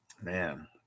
Man